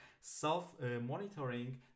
self-monitoring